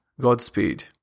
Godspeed